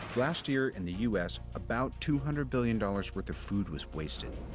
last year in the u s, about two hundred billion dollars worth of food was wasted.